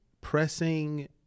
pressing